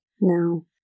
No